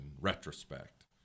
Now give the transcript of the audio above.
retrospect